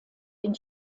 den